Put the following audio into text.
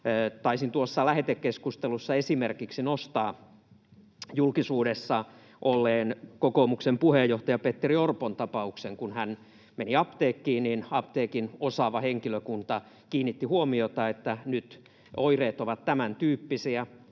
Taisin lähetekeskustelussa esimerkiksi nostaa julkisuudessa olleen kokoomuksen puheenjohtajan Petteri Orpon tapauksen: Kun hän meni apteekkiin, niin apteekin osaava henkilökunta kiinnitti huomiota siihen, että nyt oireet ovat tämän tyyppisiä